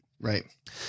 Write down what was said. Right